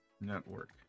network